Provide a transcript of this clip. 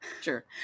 sure